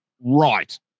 right